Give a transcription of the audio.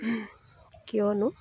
কিয়নো